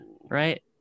right